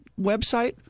website